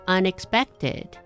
Unexpected